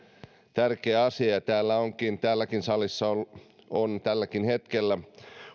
tärkeä asia täälläkin salissa on on tälläkin hetkellä